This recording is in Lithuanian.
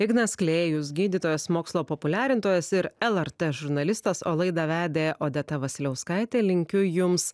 ignas klėjus gydytojas mokslo populiarintojas ir lrt žurnalistas o laidą vedė odeta vasiliauskaitė linkiu jums